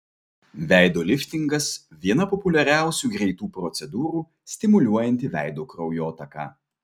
veido liftingas viena populiariausių greitų procedūrų stimuliuojanti veido kraujotaką